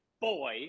boy